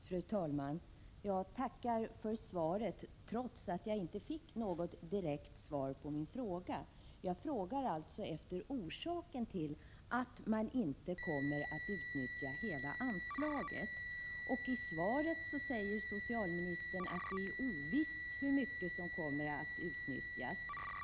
Fru talman! Jag tackar för svaret, trots att jag inte fick något direkt besked på min fråga. Jag frågade alltså efter orsaken till att man inte kommer att utnyttja hela anslaget. I svaret säger socialministern att det är ovisst hur mycket som kommer att utnyttjas.